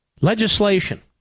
legislation